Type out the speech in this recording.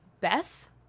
Beth